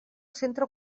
centre